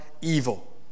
Evil